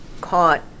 caught